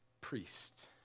priest